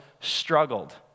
struggled